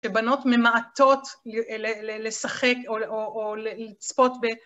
בנות ממעטות לשחק או לצפות ב...